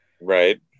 right